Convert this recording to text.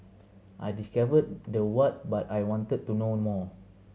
I discovered the what but I wanted to know more